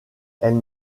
elles